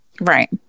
Right